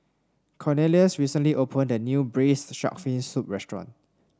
Cornelius recently opened a new Braised Shark Fin Soup restaurant